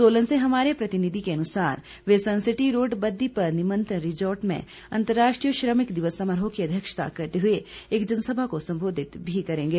सोलन से हमारे प्रतिनिधि के अनुसार वे सन सिटी रोड बद्दी पर निमंत्रण रिजॉर्ट में अंतर्राष्ट्रीय श्रमिक दिवस समारोह की अध्यक्षता करते हुए एक जनसभा को संबोधित भी करेंगें